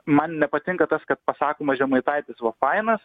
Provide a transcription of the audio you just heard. man nepatinka tas kad pasakoma žemaitaitis va fainas